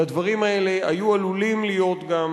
לדברים האלה היו עלולים להיות גם